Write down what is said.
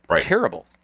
terrible